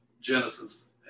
Genesis